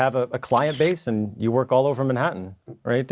have a client base and you work all over manhattan right